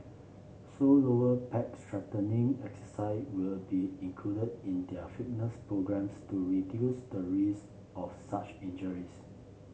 so lower back strengthening exercise will be included in their fitness programmes to reduce the risk of such injuries